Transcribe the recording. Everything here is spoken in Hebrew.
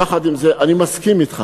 יחד עם זה אני מסכים אתך,